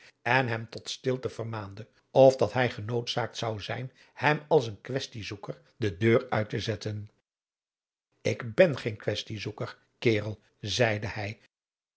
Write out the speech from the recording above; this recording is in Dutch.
en hem tot stilte vermaande of dat hij genoodzaakt zou zijn hem als een kwestiezoeker de deur uit te zetten ik ben geen kwestiezoeker karel zeide hij